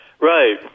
right